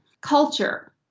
culture